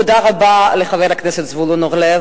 תודה רבה לחבר הכנסת זבולון אורלב